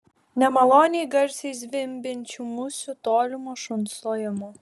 nemaloniai garsiai zvimbiančių musių tolimo šuns lojimo